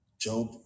Job